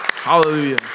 Hallelujah